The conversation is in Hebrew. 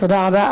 תודה רבה.